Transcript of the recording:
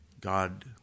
God